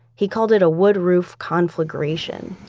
he called it a wood roof conflagration.